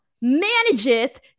manages